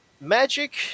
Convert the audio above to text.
Magic